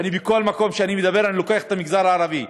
ובכל מקום שאני מדבר אני לוקח את המגזר הערבי: